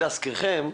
להזכירכם,